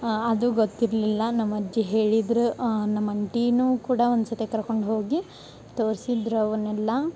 ಅದು ಗೊತ್ತಿರಲಿಲ್ಲ ನಮ್ಮಜ್ಜಿ ಹೇಳಿದ್ರ ನಮ್ಮ ಅಂಟಿನೂ ಕೂಡ ಒಂದು ಸತೆ ಕರ್ಕೊಂಡು ಹೋಗಿ ತೋರ್ಸಿದ್ರ ಅವನ್ನೆಲ್ಲ